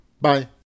bye